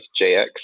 JX